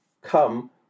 come